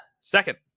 second